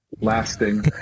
lasting